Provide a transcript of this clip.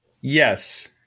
Yes